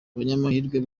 abanyamahirwe